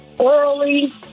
early